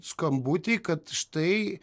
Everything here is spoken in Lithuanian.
skambutį kad štai